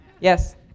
Yes